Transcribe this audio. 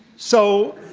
so,